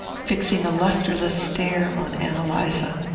fixing a lustreless stare on ann eliza.